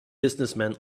businessmen